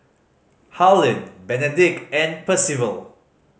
Harlen Benedict and Percival